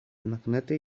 magnate